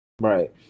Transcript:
Right